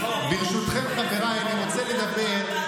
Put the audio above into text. להיכנס ברשותכם, חבריי, אני רוצה לדבר,